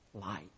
light